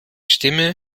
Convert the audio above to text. stimme